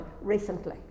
recently